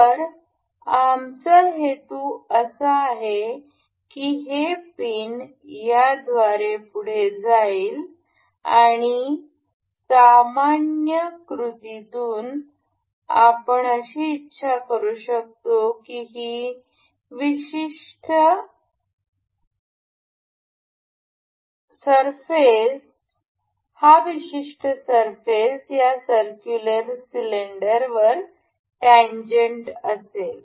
तर आमचा हेतू असा आहे की हे पिन याद्वारे पुढे जाईल आणि सामान्य कृतीतून आपण अशी इच्छा करू शकतो की ही विशिष्ट पृष्ठभाग या सर्क्युलर सिलेंडरवर टॅन्जंट असेल